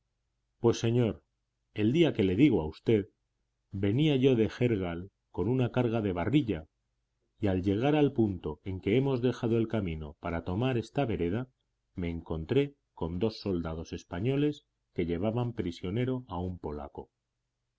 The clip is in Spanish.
pues señor el día que le digo a usted venía yo de gérgal con una carga de barrilla y al llegar al punto en que hemos dejado el camino para tomar esta vereda me encontré con dos soldados españoles que llevaban prisionero a un polaco